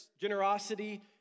generosity